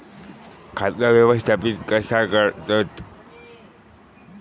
खाता व्यवस्थापित कसा करतत?